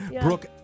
Brooke